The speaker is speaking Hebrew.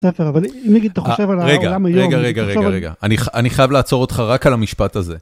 רגע רגע רגע רגע אני אני חייב לעצור אותך רק על המשפט הזה.